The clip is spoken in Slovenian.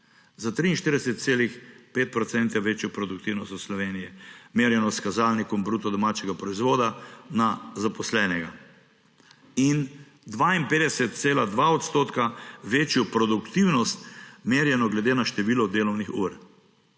za 43,5 % večjo produktivnost od Slovenije, merjeno s kazalnikom bruto domačega proizvoda na zaposlenega. In 52,2 % večjo produktivnost, merjeno glede na število delovnih ur.